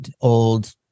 old